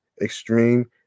extreme